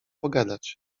pogadać